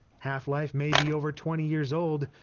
half-life may be over twenty years old,